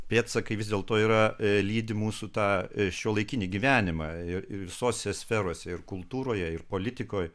pėdsakai vis dėlto yra lydi mūsų tą šiuolaikinį gyvenimą ir ir visose sferose ir kultūroje ir politikoj